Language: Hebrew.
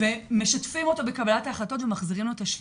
ומשתפים אותו בקבלת ההחלטות ומחזירים לו את השליטה..".